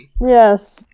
Yes